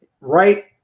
right